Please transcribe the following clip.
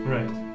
Right